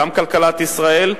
גם כלכלת ישראל,